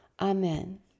Amen